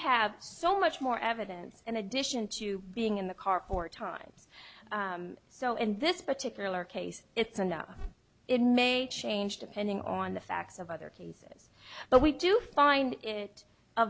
have so much more evidence in addition to being in the car four times so in this particular case it's enough it may change depending on the facts of other cases but we do find it a